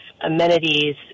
amenities